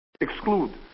exclude